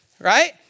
Right